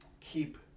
Keep